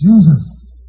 jesus